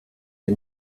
die